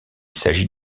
s’agit